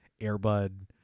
Airbud